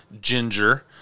ginger